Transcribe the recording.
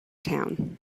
town